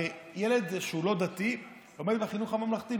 הרי ילד שהוא לא דתי לומד בחינוך הממלכתי,